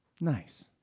Nice